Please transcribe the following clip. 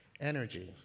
energy